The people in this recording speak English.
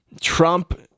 Trump